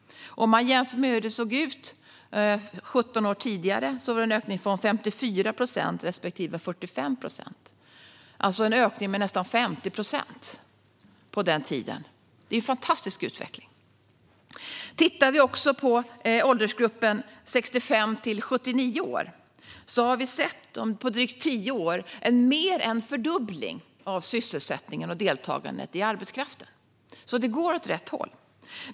17 år tidigare var det 54 procent respektive 45 procent. Det är alltså en ökning med nästan 50 procent på den tiden - en fantastisk utveckling. I åldersgruppen 65-79 år har det på drygt tio år skett mer än en fördubbling av sysselsättningen och deltagandet i arbetskraften. Det går alltså åt rätt håll.